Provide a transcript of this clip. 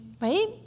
right